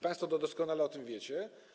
Państwo doskonale o tym wiecie.